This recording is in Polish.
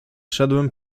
szedłem